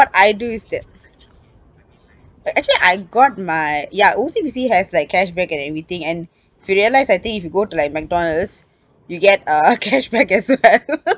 I do is that actually I got my ya O_C_B_C has like cashback and everything and if you realise I think if you go to like mcdonald's you get a cashback as well